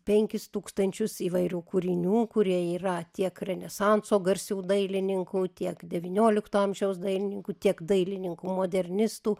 penkis tūkstančius įvairių kūrinių kurie yra tiek renesanso garsių dailininkų tiek devyniolikto amžiaus dailininkų tiek dailininkų modernistų